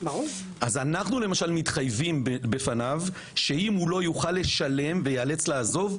אז אנחנו מתחייבים בפניו שאם הוא לא יוכל לשלם ויאלץ לעזוב,